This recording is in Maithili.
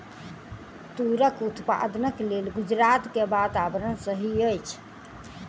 तूरक उत्पादनक लेल गुजरात के वातावरण सही अछि